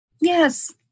Yes